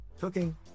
cooking